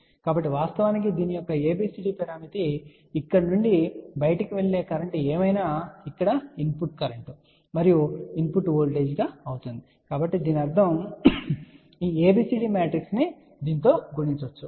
కాబట్టి వాస్తవానికి దీని యొక్క ABCD పరామితి ఇక్కడ నుండి బయటికి వెళ్లే కరెంట్ ఏమైనా ఇక్కడ ఇన్పుట్ కరెంట్ మరియు ఇన్పుట్ వోల్టేజ్ గా అవుతుంది కాబట్టి దీని అర్థం ఈ ABCD మ్యాట్రిక్స్ను దీనితో గుణించవచ్చు